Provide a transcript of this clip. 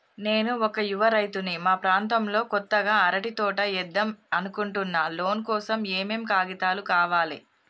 నేను ఒక యువ రైతుని మా ప్రాంతంలో కొత్తగా అరటి తోట ఏద్దం అనుకుంటున్నా లోన్ కోసం ఏం ఏం కాగితాలు కావాలే?